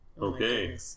Okay